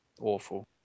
awful